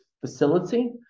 facility